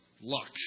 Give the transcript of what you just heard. luck